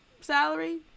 salary